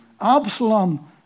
Absalom